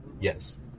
Yes